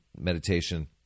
meditation